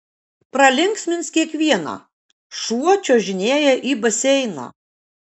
pralinksmins kiekvieną šuo čiuožinėja į baseiną